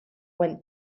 went